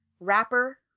Rapper